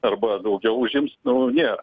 arba daugiau užims nu nėra